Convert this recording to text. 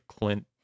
Clint